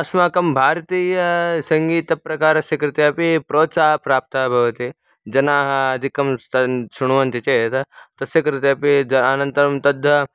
अस्माकं भारतीयसङ्गीतप्रकारस्य कृते अपि प्रोत्साहप्राप्तः भवति जनाः अधिकं स्तन् शृण्वन्ति चेत् तस्य कृते अपि अनन्तरं तत्